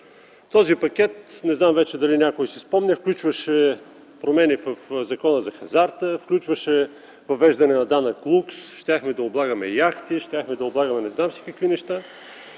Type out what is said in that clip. Този пакет, не знам дали вече някой си спомня, включваше промени в Закона за хазарта, въвеждане на данък лукс – щяхме да облагаме яхти, щяхме да облагаме не знам какви неща.